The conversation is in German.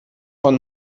von